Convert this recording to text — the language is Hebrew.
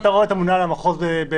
אתה רואה את הממונה על המחוז ---?!